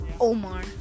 Omar